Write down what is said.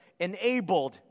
enabled